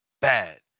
Bad